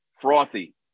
Frothy